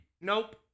Nope